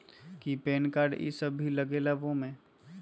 कि PAN card इ सब भी लगेगा वो में?